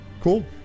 Cool